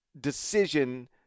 decision